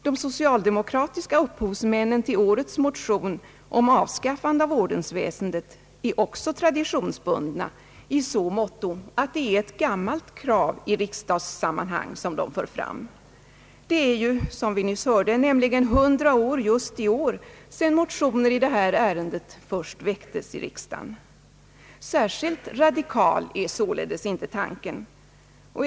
De socialdemokratiska upphovsmännen till årets motion om avskaffande av ordensväsendet är också traditionsbundna i så måtto att det är ett gammalt krav i riksdagssammanhang som de för fram. Det är nämligen just i år hundra år sedan motioner i detta ärende först väcktes i riksdagen. Särskilt radikal är således inte tanken.